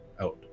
out